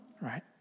right